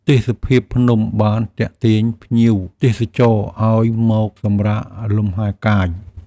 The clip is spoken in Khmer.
ទេសភាពភ្នំបានទាក់ទាញភ្ញៀវទេសចរឱ្យមកសម្រាកលម្ហែកាយ។